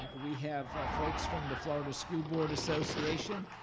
we have folks from the florida school board association.